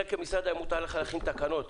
אתה כמשרד מוטל עליך להכין את התקנות.